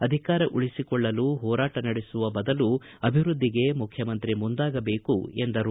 ಅಧಿಕಾರ ಉಳಿಸಿಕೊಳ್ಳಲು ಹೋರಾಟ ನಡೆಸುವ ಬದಲು ಅಭಿವೃದ್ಧಿಗೆ ಮುಖ್ಯಮಂತ್ರಿ ಮುಂದಾಗಬೇಕು ಎಂದರು